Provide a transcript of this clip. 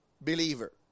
believer